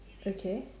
okay